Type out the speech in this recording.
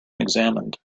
examined